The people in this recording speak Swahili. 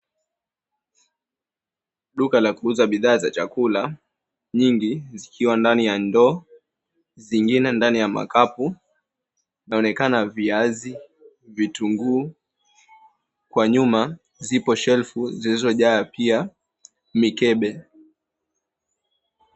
Duka la kuuza bidhaa za chakula nyingi zikiwa ndani ya ndoo, zingine ndani ya makapu. Inaonekana viazi, vitunguu. Kwa nyuma zipo shelfu zilizojaa pia mikebe.